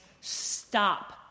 stop